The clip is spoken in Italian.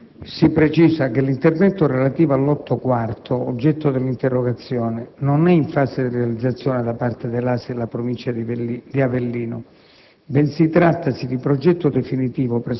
le infrastrutture*. Si precisa che l'intervento relativo al lotto IV, oggetto dell'interrogazione, non è in fase di realizzazione da parte dell'ASI della Provincia di Avellino,